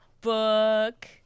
book